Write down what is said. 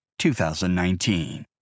2019